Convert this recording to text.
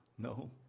No